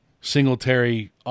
singletary